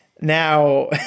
Now